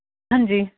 ਹਾਂਜੀ